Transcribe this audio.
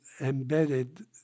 embedded